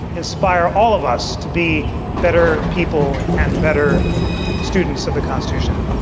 inspire all of us to be better people and better students of the constitution.